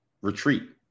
retreat